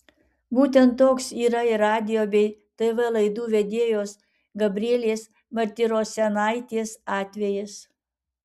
būtent toks yra ir radijo bei tv laidų vedėjos gabrielės martirosianaitės atvejis